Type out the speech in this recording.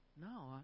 no